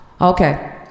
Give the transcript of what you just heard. Okay